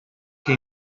che